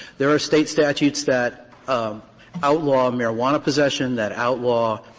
there are state statutes that um outlaw marijuana possession, that outlaw